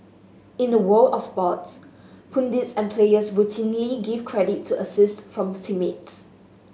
in the world of sports pundits and players routinely give credit to assist from teammates